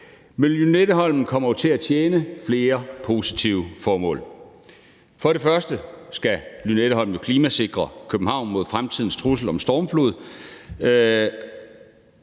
Men Lynetteholm kommer jo til at tjene flere positive formål. For det første skal Lynetteholm jo klimasikre København mod fremtidens trussel om stormflod.